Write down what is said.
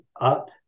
up